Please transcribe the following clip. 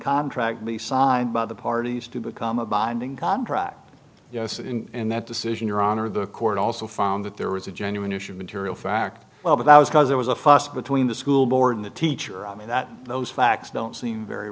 contract be signed by the parties to become a binding contract yes and that decision your honor the court also found that there was a genuine issue of material fact well but that was because there was a fuss between the school board and the teacher i mean that those facts don't seem very